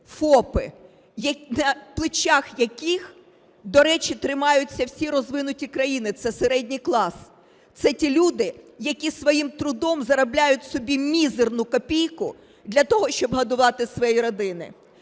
ФОПи, на плечах яких, до речі, тримаються всі розвинуті країни, це середній клас, це ті люди, які своїм трудом заробляють собі мізерну копійку для того, щоб годувати свої родини.